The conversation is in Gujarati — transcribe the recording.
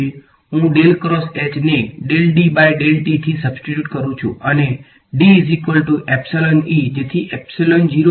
હું ને થી સબ્સીટ્યુટ કરું છું અને જેથી અહીં બહાર આવ્યુ